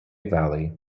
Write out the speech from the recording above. valley